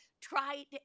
tried